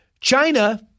China